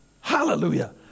Hallelujah